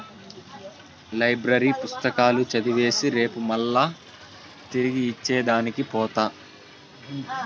library పుస్తకాలు చదివేసి రేపు మల్లా తిరిగి ఇచ్చే దానికి పోత